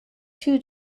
two